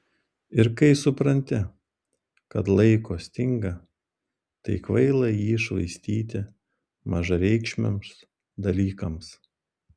ir kai supranti kad laiko stinga tai kvaila jį švaistyti mažareikšmiams dalykams